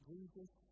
Jesus